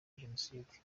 jenoside